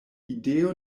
ideo